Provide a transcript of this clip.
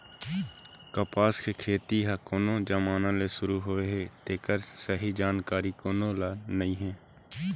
कपसा के खेती ह कोन जमाना ले सुरू होए हे तेखर सही जानकारी कोनो ल नइ हे